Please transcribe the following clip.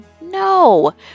No